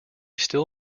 still